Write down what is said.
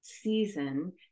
season